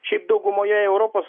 šiaip daugumoje europos